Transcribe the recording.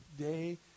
day